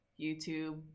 YouTube